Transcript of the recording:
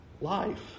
Life